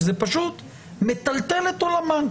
שזה פשוט מטלטל את עולמן.